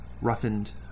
roughened